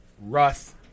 Russ